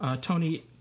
Tony